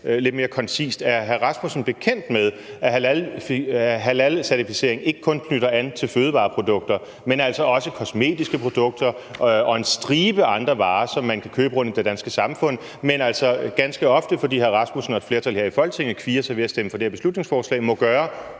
lidt mere koncist: Er hr. Søren Egge Rasmussen bekendt med, at halalcertificering ikke kun knytter an til fødevareprodukter, men altså også kosmetiske produkter og en stribe andre varer, som man kan købe rundtomkring i det danske samfund, men som man altså ganske ofte, fordi hr. Søren Egge Rasmussen og et flertal her i Folketinget kvier sig ved at stemme for det her beslutningsforslag, må købe